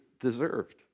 deserved